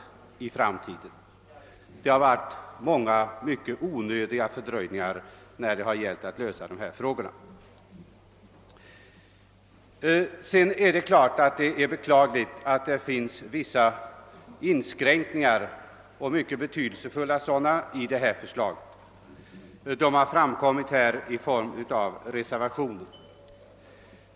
Tidigare har det förekommit många mycket onödiga dröjsmål när det gällt att lösa ersättningsfrågorna. Det är givetvis beklagligt att det finns vissa allvarliga inskränkningar i förslaget. Detta har också föranlett reservationer.